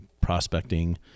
prospecting